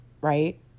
right